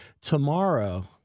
tomorrow